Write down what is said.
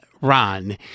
Ron